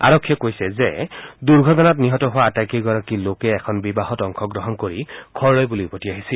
আৰক্ষীয়ে কৈছে যে দুৰ্ঘটনাত নিহত হোৱা আটাইকেইগৰাকী লোকে এখন বিবাহত অংশগ্ৰহণ কৰি ঘৰলৈ বুলি উভতি আহিছিল